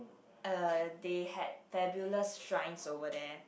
uh they had fabulous shrines over there